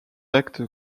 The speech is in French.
acte